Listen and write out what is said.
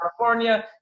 California